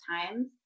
times